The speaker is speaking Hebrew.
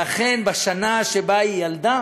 ואכן, בשנה שבה היא ילדה